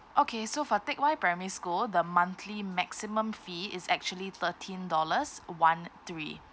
okay so for teck whye primary school the monthly maximum fee is actually thirteen dollars one three